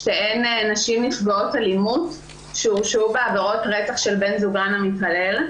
שתיהן נשים נפגעות אלימות שהורשעו בעבירות רצח של בן זוגן המתעלל.